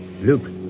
luke